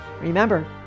Remember